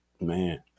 Man